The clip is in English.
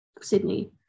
Sydney